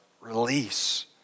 release